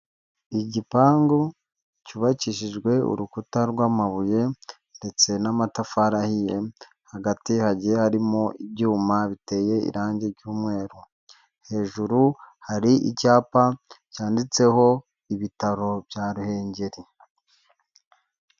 Igipangu cyubakishijwe urukuta rw'amabuye ndetse n'amatafari ahiye, hagati hagiye harimo ibyuma biteye irangi ry'umweru. Hejuru hari icyapa cyanditseho ibitaro bya Ruhengeri.